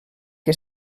que